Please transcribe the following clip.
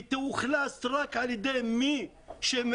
היא תאוכלס רק על ידי מי שמאכלס,